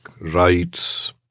rights